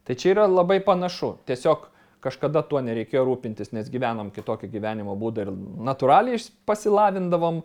tai čia yra labai panašu tiesiog kažkada tuo nereikėjo rūpintis nes gyvenom kitokį gyvenimo būdą ir natūraliai išs pasilavindavom